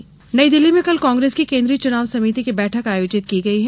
कांग्रेस बैठक नई दिल्ली में कल कांग्रेस की केन्द्रीय चुनाव समिति की बैठक आयोजित की गयी है